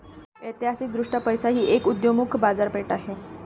ऐतिहासिकदृष्ट्या पैसा ही एक उदयोन्मुख बाजारपेठ आहे